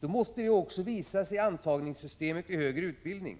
måste det också visas i systemet för antagning till högre utbildning.